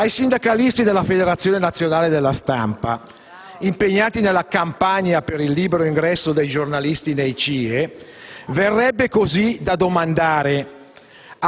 Ai sindacalisti della Federazione nazionale della stampa, impegnati nella campagna per il libero ingresso dei giornalisti nei CIE, verrebbe così da domandare: